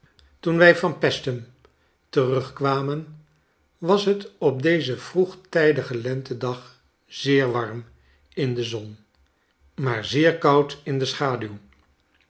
toen wij van p se s t u m terugkwamen was het op dezen vroegtijdigen lentedag zeer warm in de zon maar zeer koud in de schaduw